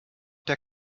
der